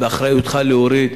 באחריותך להוריד.